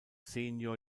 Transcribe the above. senior